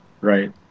right